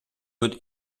wird